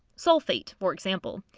sulfate for example.